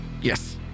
Yes